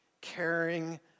caring